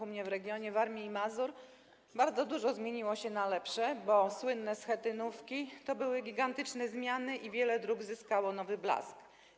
U mnie, w regionie Warmii i Mazur, bardzo dużo zmieniło się na lepsze, bo słynne schetynówki to były gigantyczne zmiany i wiele dróg zyskało nowy blask.